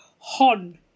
hon